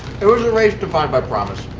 it was a race defined by promise.